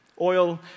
Oil